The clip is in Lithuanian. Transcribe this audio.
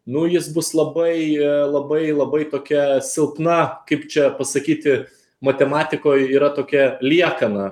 nu jis bus labai labai labai tokia silpna kaip čia pasakyti matematikoj yra tokia liekana